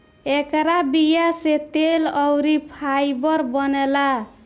एकरा बीया से तेल अउरी फाइबर बनेला